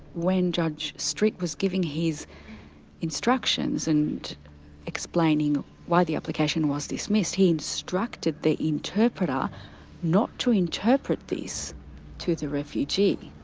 when judge street was giving his instructions, and explaining why the application was dismissed, he instructed the interpreter not to interpret this to the refugee.